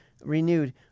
renewed